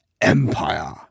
Empire